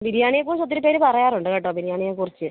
ബിരിയാണിയെ കുറിച്ചൊത്തിരി പേര് പറയാറുണ്ട് കേട്ടോ ബിരിയാണിയെക്കുറിച്ച്